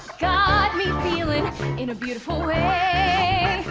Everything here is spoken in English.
got me feelin' in a beautiful way!